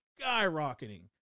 skyrocketing